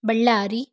Ballari